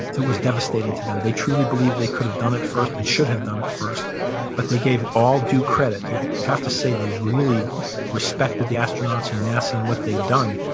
and it was devastating to them. they truly believed they could've done it first and should've done it first but they gave all due credit. you have to say they really respected the astronauts and nasa and what they'd done,